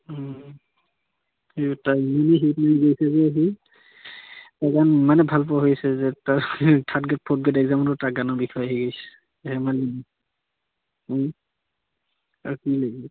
তাৰ গানৰ বিষয়েই আহি গৈছে যে তাৰ গান ইমানে ভাল পোৱা হৈছে যে তাৰ থাৰ্ড গ্ৰেড ফ'ৰ্থ গ্ৰেড এক্জামতো তাৰ গানৰ বিষয়ে আহি গৈছে এই মানে তাকেই